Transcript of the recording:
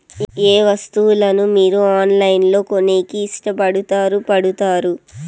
ఏయే వస్తువులను మీరు ఆన్లైన్ లో కొనేకి ఇష్టపడుతారు పడుతారు?